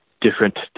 different